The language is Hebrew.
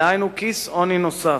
דהיינו כיס עוני נוסף.